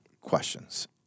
questions